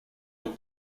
est